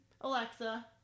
Alexa